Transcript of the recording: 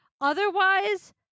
Otherwise